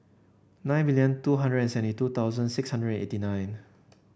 nine million two hundred and seventy two thousand six hundred eighty nine